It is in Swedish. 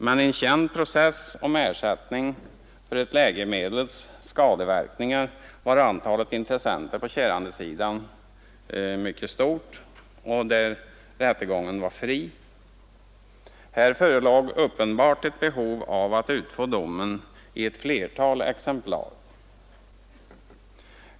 Men i en känd process om ersättning för läkemedels skadeverkningar var antalet intressenter på kärandesidan mycket stort, och rättegången var fri. Här förelåg uppenbart ett behov av att utfå domen i ett flertal exemplar.